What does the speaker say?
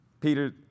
Peter